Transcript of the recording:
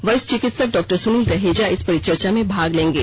वरिष्ठ चिकित्सक डॉक्टार सुनील रहेजा इस परिचर्चा में भाग लेंगे